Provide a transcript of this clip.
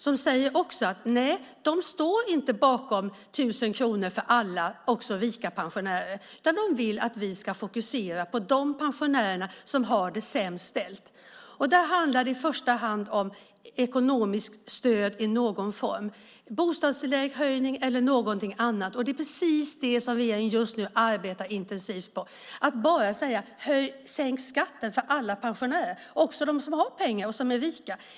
De säger att de inte står bakom förslaget med 1 000 kronor till alla och också till rika pensionärer. De vill att vi ska fokusera på de pensionärer som har det sämst ställt. Där handlar det i första hand om ekonomiskt stöd i någon form. Det kan vara en höjning av bostadstillägg eller någonting annat. Det är precis det som regeringen nu arbetar intensivt med. Det går inte att bara säga: Sänk skatten för alla pensionärer och också för dem som har pengar och är rika.